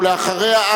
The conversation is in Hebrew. ואחריה,